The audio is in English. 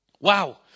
Wow